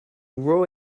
raw